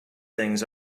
things